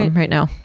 and right now.